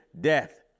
death